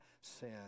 sin